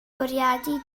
bwriadu